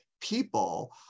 people